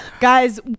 guys